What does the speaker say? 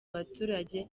abaturage